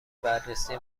بررسی